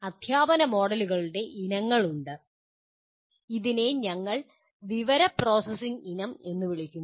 അദ്ധ്യാപന മോഡലുകളുടെ ഇനങ്ങളുണ്ട് ഇതിനെ ഞങ്ങൾ വിവര പ്രോസസ്സിംഗ് ഇനം എന്ന് വിളിക്കുന്നു